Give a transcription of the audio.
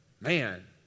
Man